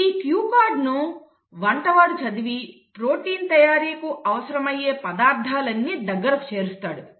ఈ cue card ను వంటవాడు చదివి ప్రోటీన్ తయారీ కు అవసరమయ్యే పదార్థాలన్నీ దగ్గరకు చేరుస్తాడు